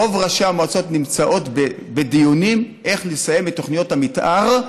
רוב ראשי המועצות נמצאים בדיונים איך לסיים את תוכניות המתאר,